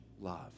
love